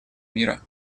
мира